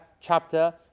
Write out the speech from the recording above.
chapter